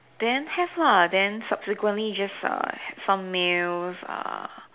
then have lah then subsequently just uh some meals uh